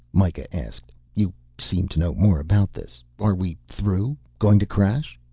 mikah asked. you seem to know more about this. are we through going to crash?